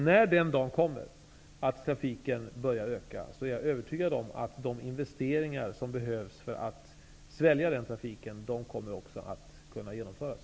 När den dag kommer då trafiken börjar öka är jag övertygad om att de investeringar som behövs för att svälja den trafiken också kommer att kunna genomföras.